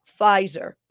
Pfizer